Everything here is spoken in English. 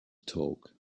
talk